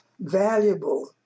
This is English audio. Valuable